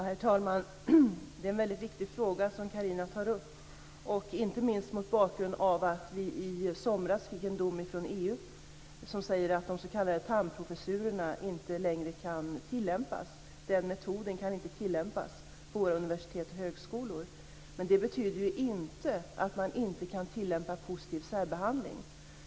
Herr talman! Det är en väldigt viktig fråga som Carina tar upp, inte minst mot bakgrund av att vi i somras fick en dom från EU som säger att metoden med s.k. Thamprofessurer inte längre kan tillämpas på våra universitet och högskolor. Men det betyder ju inte att man inte kan tillämpa positiv särbehandling.